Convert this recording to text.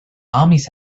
armies